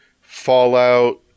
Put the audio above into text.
Fallout